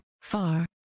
far